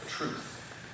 truth